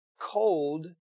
cold